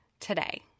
today